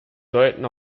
deuten